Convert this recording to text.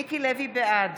בעד